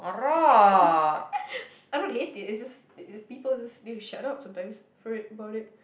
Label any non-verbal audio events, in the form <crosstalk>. <laughs> I don't hate it it's just it it people just need to shut up sometimes for it about it